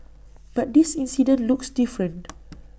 but this incident looks different